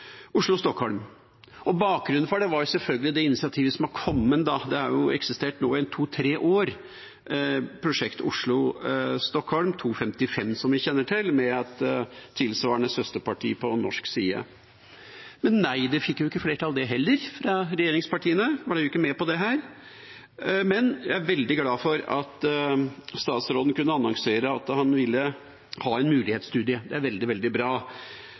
Bakgrunnen for det er selvfølgelig det initiativet som har kommet, som har eksistert en to–tre år, med prosjektet Oslo–Stockholm 2.55, som vi kjenner til, med et tilsvarende søsterparti på norsk side. Men nei, heller ikke det fikk flertall fra regjeringspartiene, de ble ikke med på det. Men jeg er veldig glad for at statsråden kunne annonsere at han ville ha en mulighetsstudie. Det er veldig bra.